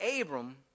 Abram